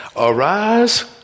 Arise